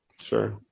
Sure